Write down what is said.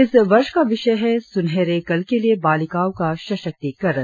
इस वर्ष का विषय है सुनहरे कल के लिए बालिकाओं का सशक्तिकरण